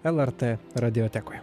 lrt radiotekoje